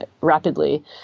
rapidly